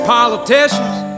politicians